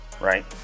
right